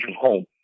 home